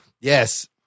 Yes